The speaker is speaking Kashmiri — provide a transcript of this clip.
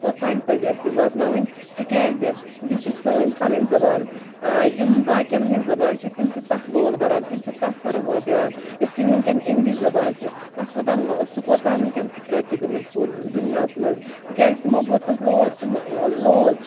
توتام پَزِ اَسہِ یہِ واتناؤنۍ تِکیازِ یہِ چھِ سٲنۍ پَنٕنۍ زَبان یِم باقین ہٕندۍ زَبان چھِ تِم چھِ تَتھ لول بَران تِم چھِ تَتھ فَروغَت دِوان یِتھ کٔنۍ ؤنکیٚس اِنگلِش زَبان چھِ تَتھ کوتاہ سُہ ؤنکیٚن سٔپریڈ چھِ گٔمٕژ پوٗرٕ دُیناہَس منٛز تِکیازِ تِمَو بور تَتھ لور تِمَو لول